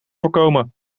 voorkomen